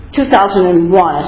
2001